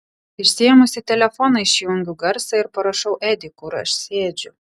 išsiėmusi telefoną išjungiu garsą ir parašau edi kur aš sėdžiu